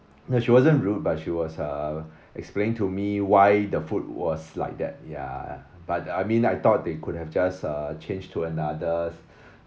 she wasn't rude but she was uh explain to me why the food was like that ya but I mean I thought they could have just uh changed to another